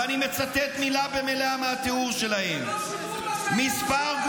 ואני מצטט מילה במילה מהתיאור שלהם: כמה